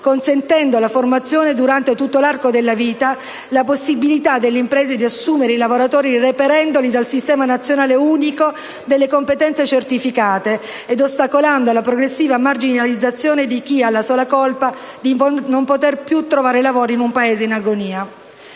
consentendo la formazione durante tutto l'arco della vita, la possibilità delle imprese di assumere i lavoratori reperendoli dal sistema nazionale unico delle competenze certificate ed ostacolando la progressiva marginalizzazione di chi ha la sola colpa di non poter più trovare lavoro in un Paese in agonia.